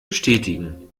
bestätigen